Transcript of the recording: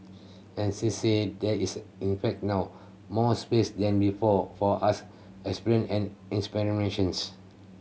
and she said there is in fact now more space than before for art and experimentations